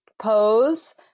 pose